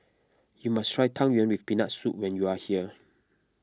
you must try Yang Yuen with Peanut Soup when you are here